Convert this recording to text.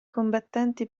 combattenti